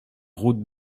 route